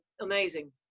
amazing